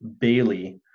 bailey